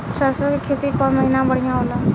सरसों के खेती कौन महीना में बढ़िया होला?